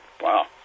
Wow